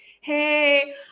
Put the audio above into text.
Hey